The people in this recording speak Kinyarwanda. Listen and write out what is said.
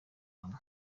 hamwe